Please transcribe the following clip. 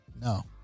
no